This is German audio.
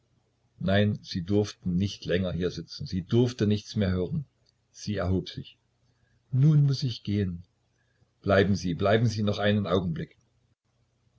nein sie durfte nicht länger hier sitzen sie durfte nichts mehr hören sie erhob sich nun muß ich gehen bleiben sie bleiben sie noch einen augenblick